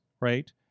Right